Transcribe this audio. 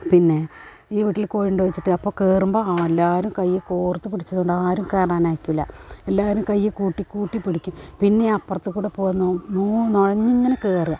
പിന്നെ ഈ വീട്ടിൽ കോഴിയുണ്ടോ ചോദിച്ചിട്ട് അപ്പം കേറുമ്പം എല്ലാവരും കൈ കോർത്തു പിടിച്ചതു കൊണ്ടാരും കയറാനായ്ക്കില്ല എല്ലാവരും കൈയ്യ് കൂട്ടിക്കൂട്ടിപ്പിടിക്കും പിന്നെ അപ്പുറത്തു കൂടെ പോന്നോ നോ നുഴഞ്ഞിങ്ങനെ കയറുക